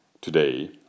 today